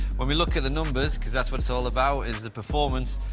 when we look at the numbers because that's what it's all about, the performance,